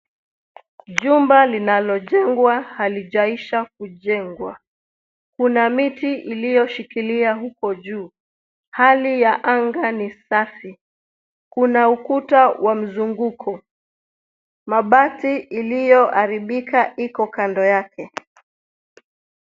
Jumba linolalojengwa halijaisha kujengwa. Kuna miti iliushikilia huko juu. Hali ya anga ni safi. Kuna ukuta wa mzunguko. Mabati iliyoharibika iko kando yake.